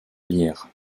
lire